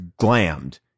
glammed